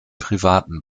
privaten